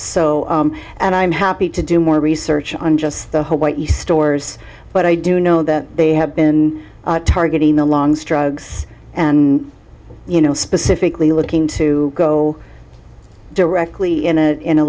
so and i'm happy to do more research on just the what you stores but i do know that they have been targeting the longs drugs and you know specifically looking to go directly in a in a